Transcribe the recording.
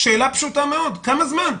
שאלה פשוטה מאוד, כמה זמן?